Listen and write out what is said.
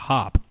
Hop